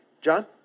John